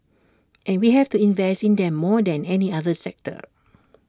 and we have to invest in them more than any other sector